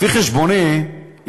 לפי חשבוני,